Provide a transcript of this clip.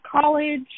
college